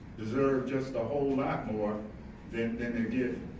deserve just a whole lot more than than they're getting.